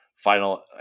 Final